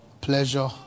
pleasure